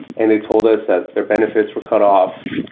and they told us that their benefits were cut off.